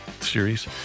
series